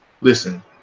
Listen